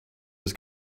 was